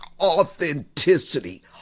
authenticity